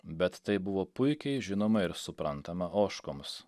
bet tai buvo puikiai žinoma ir suprantama ožkoms